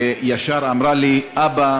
וישר אמרה לי: אבא,